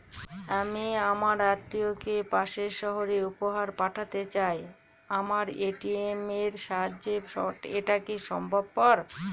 আমি আমার আত্মিয়কে পাশের সহরে উপহার পাঠাতে চাই আমার এ.টি.এম এর সাহায্যে এটাকি সম্ভবপর?